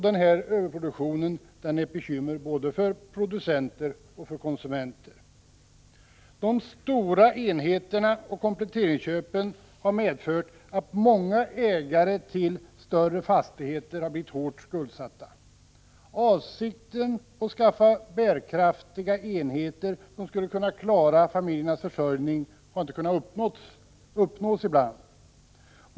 Den här överproduktionen är ett bekymmer för både producenterna och konsumenterna. De stora enheterna och kompletteringsköpen har medfört att många ägare till större fastigheter har blivit hårt skuldsatta. Målet att skaffa bärkraftiga enheter som skulle kunna klara familjernas försörjning har inte alltid kunnat uppnås.